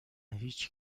هیچ